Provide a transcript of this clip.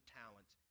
talents